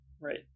Right